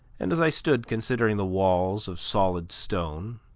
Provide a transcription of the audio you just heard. and, as i stood considering the walls of solid stone,